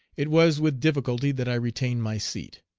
it was with difficulty that i retained my seat.